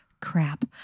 Crap